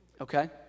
okay